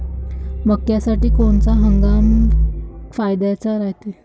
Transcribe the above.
मक्क्यासाठी कोनचा हंगाम फायद्याचा रायते?